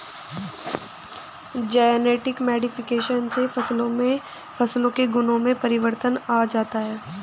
genetic modification से फसलों के गुणों में परिवर्तन आ जाता है